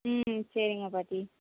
ம் சரிங்க பாட்டி